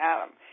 Adam